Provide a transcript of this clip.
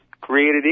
created